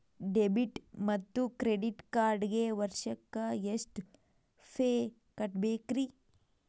Debit ಮತ್ತು credit ಕಾರ್ಡ್ಗೆ ವರ್ಷಕ್ಕ ಎಷ್ಟ ಫೇ ಕಟ್ಟಬೇಕ್ರಿ?